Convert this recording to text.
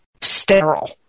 sterile